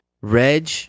Reg